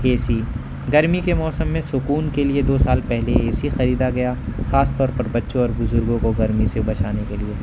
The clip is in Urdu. اے سی گرمی کے موسم میں سکون کے لیے دو سال پہلے اے سی خریدا گیا خاص طور پر بچوں اور بزرگوں کو گرمی سے بچانے کے لیے